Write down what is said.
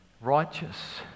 righteous